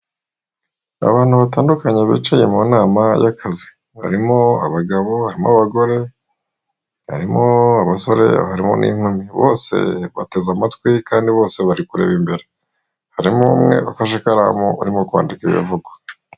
Abantu batandukanye bicaye mu nama y'akazi, harimo abagabo, harimo abagore, harimo abasore, harimo n'inkumi. Bose bateze amatwi kandi bose bari kureba imbere. Harimo umwe wafashe ikaramu arimo kwandika ibivugwa.